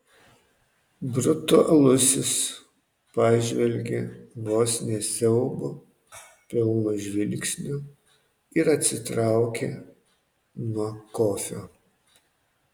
brutalusis pažvelgė vos ne siaubo pilnu žvilgsniu ir atsitraukė nuo kofio